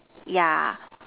ya